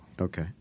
Okay